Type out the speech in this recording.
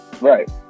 right